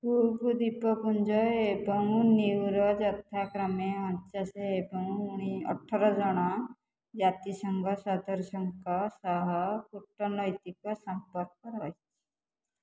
cook ଦ୍ୱୀପପୁଞ୍ଜ ଏବଂ ନ୍ୟୁର ଯଥାକ୍ରମେ ଅଣଚାଶ ଏବଂ ଅଠର ଜଣ ଜାତିସଂଘ ସଦସ୍ୟଙ୍କ ସହ କୂଟନୈତିକ ସମ୍ପର୍କ ରହିଚି